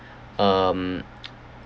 um